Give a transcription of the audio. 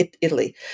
Italy